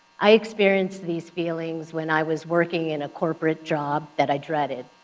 i experienced these feelings when i was working in a corporate job that i dreaded.